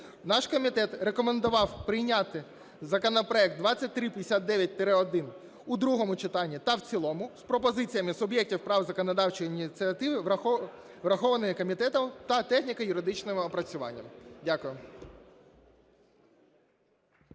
наш комітет рекомендував прийняти законопроект 2359-1 у другому читанні та в цілому з пропозиціями суб'єктів прав законодавчої ініціативи, врахованими комітетом, та техніко-юридичним опрацюванням. Дякую.